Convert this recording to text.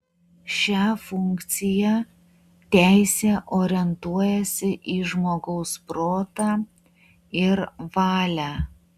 šia funkciją teisė orientuojasi į žmogaus protą ir valią